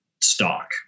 stock